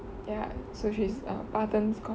ya so she's err parthen com